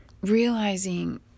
realizing